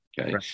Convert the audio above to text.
Okay